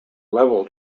level